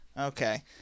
Okay